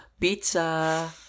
pizza